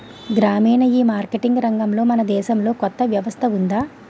గ్రామీణ ఈమార్కెటింగ్ రంగంలో మన దేశంలో కొత్త వ్యవస్థ ఉందా?